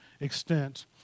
extent